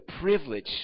privilege